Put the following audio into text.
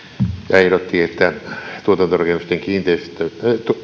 ehdotti että tuotantorakennusten kiinteistöveroa